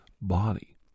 body